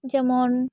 ᱡᱮᱢᱚᱱ